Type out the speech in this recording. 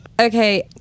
okay